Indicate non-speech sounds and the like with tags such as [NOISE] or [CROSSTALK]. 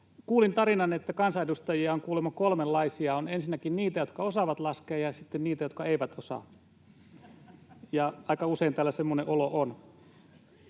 Kuulin tarinan, että kansanedustajia on kuulemma kolmenlaisia: on ensinnäkin niitä, jotka osaavat laskea, ja sitten niitä, jotka eivät osaa. [LAUGHS] Aika usein täällä semmoinen olo on.